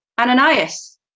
Ananias